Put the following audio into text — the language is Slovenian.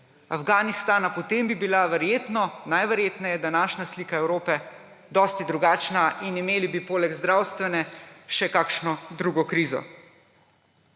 Afganistana, potem bi bila verjetno, najverjetneje današnja slika Evrope dosti drugačna in imeli bi poleg zdravstvene ne še kakšne drugo krizo.